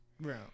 Right